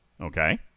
Okay